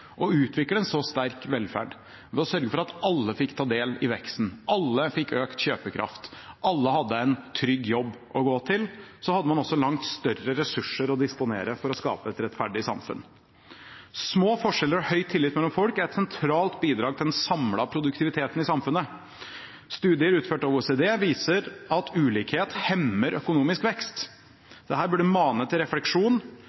utvikle en så sterk velferd, ved å sørge for at alle fikk ta del i veksten, alle fikk økt kjøpekraft, alle hadde en trygg jobb å gå til. Så hadde man også langt større ressurser å disponere for å skape et rettferdig samfunn. Små forskjeller og høy tillit mellom folk er et sentralt bidrag til den samlede produktiviteten i samfunnet. Studier utført av OECD viser at ulikhet hemmer økonomisk